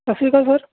ਸਤਿ ਸ਼੍ਰੀ ਅਕਾਲ ਸਰ